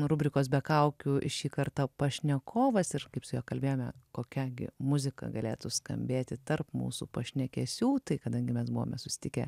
rubrikos be kaukių šį kartą pašnekovas ir kaip su juo kalbėjome kokia gi muzika galėtų skambėti tarp mūsų pašnekesių tai kadangi mes buvome susitikę